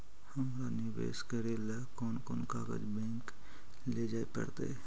हमरा निवेश करे ल कोन कोन कागज बैक लेजाइ पड़तै?